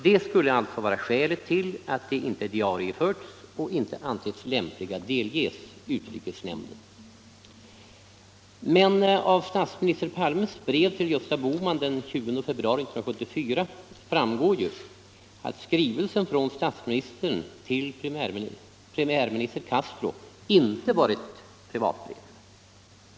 Det skulle alltså vara skälet till att de inte har diarieförts och inte ansetts lämpliga att delges utrikesnämnden. Av statsminister Palmes brev till Gösta Bohman den 20 februari 1974 framgår emellertid att skrivelsen från statsministern till premiärminister Castro inte var ett privatbrev.